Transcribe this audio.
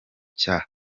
cya